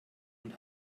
und